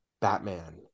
Batman